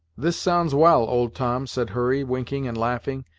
this sounds well, old tom, said hurry, winking and laughing,